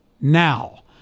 now